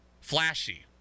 flashy